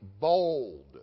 bold